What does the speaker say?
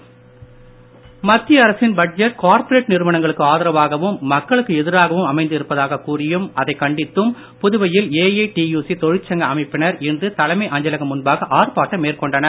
ஆர்ப்பாட்டம் அரசின் budget corporate நிறுவனங்களுக்கு மத்திய ஆதரவாகவும் மக்களுக்கு எதிராகவும் அமைந்து இருப்பதாக கூறியும் அதை கண்டித்தும் புதுவையில் ஏஐடியூசி தொழிற்சங்க அமைப்பினர் இன்று தலைமை அஞ்சலகம் முன்பாக ஆர்ப்பாட்டம் மேற்கொண்டனர்